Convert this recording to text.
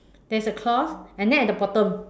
there is a cloth and then at the bottom